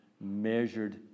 measured